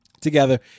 together